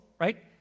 right